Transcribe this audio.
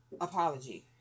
apology